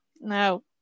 No